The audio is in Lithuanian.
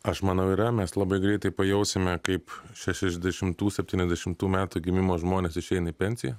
aš manau yra mes labai greitai pajausime kaip šešiasdešimtų septyniasdešimtų metų gimimo žmonės išeina į pensiją